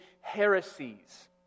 heresies